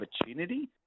opportunity